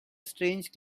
strange